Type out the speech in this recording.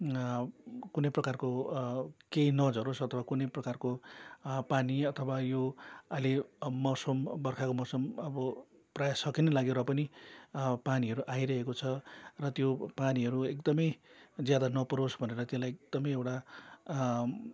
कुनै प्रकारको केही नझरोस् अथवा कुनै प्रकारको पानी अथवा यो अहिले अब मौसम बर्खाको मौसम अब प्रायः सकिन लाग्यो र पनि पानीहरू आइरहेको छ र त्यो पानीहरू एकदम ज्यादा नपरोस् भनेर त्यसलाई एकदम एउटा